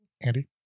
Andy